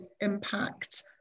impact